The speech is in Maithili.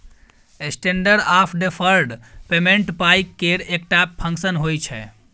स्टेंडर्ड आँफ डेफर्ड पेमेंट पाइ केर एकटा फंक्शन होइ छै